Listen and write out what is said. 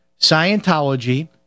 Scientology